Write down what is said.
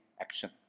action